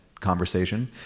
conversation